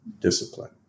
discipline